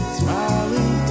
smiling